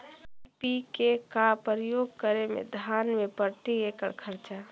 NPK का प्रयोग करे मे धान मे प्रती एकड़ खर्चा?